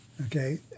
okay